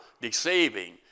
deceiving